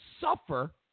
suffer